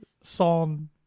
song